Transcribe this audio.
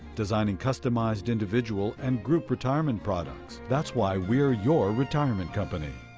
designing customized individual and group retirement products. that's why we're your retirement company.